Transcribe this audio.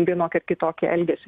vienokį ar kitokį elgesį